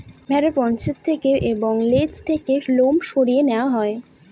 ভেড়ার পশ্চাৎ থেকে এবং লেজ থেকে লোম সরিয়ে নেওয়া হয়